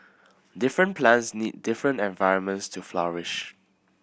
different plants need different environments to flourish